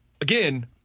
again